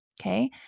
okay